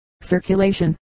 circulation